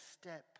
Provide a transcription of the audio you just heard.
step